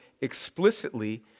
explicitly